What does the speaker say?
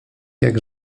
jak